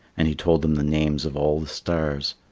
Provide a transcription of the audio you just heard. and he told them the names of all the stars.